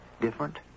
different